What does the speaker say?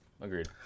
agreed